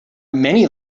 many